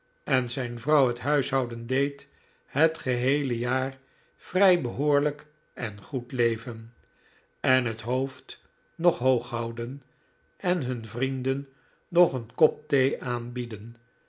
en zijn vrouw het huishouden deed het geheele jaar vrij behoorlijk en goed leven en het hoofd nog hoog houden en hun vrienden nog een kop thee aanbieden